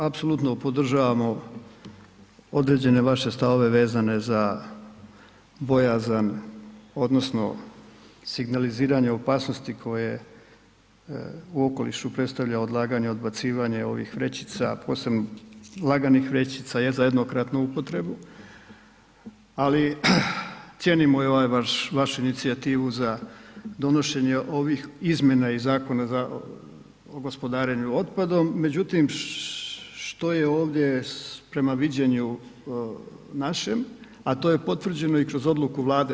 Apsolutno podržavamo određene vaše stavove vezane za bojazan odnosno signaliziranje opasnosti koje u okolišu predstavlja odlaganje, odbacivanje ovih vrećica posebno laganih vrećica za jednokratnu upotrebu ali cijenimo i ovu inicijativu za donošenje ovih izmjena iz Zakona o gospodarenju otpadom međutim što je ovdje prema viđenju našem a to je potvrđeno i kroz odluku Vlade.